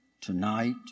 tonight